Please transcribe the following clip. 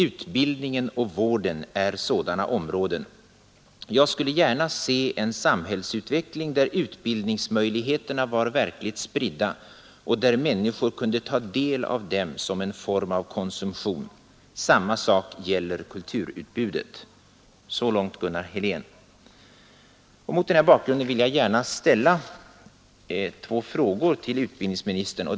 Utbildningen och vården är sådana områden. Jag skulle gärna se en samhällsutveckling där utbildningsmöjligheterna var verkligt spridda och där människor kunde ta del av dem som en form av konsumtion. Samma sak gäller kulturutbudet.” Så långt Gunnar Helén. Mot denna bakgrund vill jag gärna ställa två frågor till utbildningsministern.